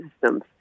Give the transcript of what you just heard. systems